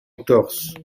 entorse